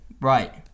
Right